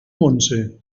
montse